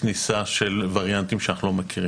כניסה של וריאנטים שאנחנו לא מכירים.